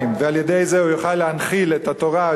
ועל-ידי זה הוא יוכל להנחיל את התורה,